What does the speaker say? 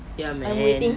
ya man